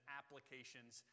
applications